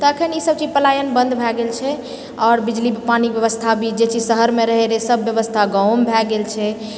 तऽ अखन ई सबचीज पलायन बन्द भए गेल छै आओर बिजली पानीके व्यवस्था भी जे चीज शहरमे रहए रहै सब व्यवस्था गाँवोमे भए गेल छै